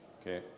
Okay